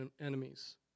enemies